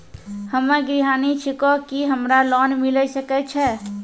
हम्मे गृहिणी छिकौं, की हमरा लोन मिले सकय छै?